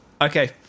Okay